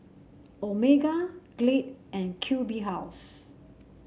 Omega Glade and Q B House